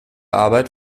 arbeit